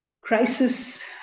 crisis